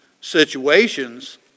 situations